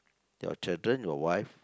your children your wife